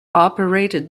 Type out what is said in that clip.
operated